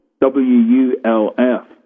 W-U-L-F